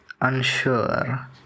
unsure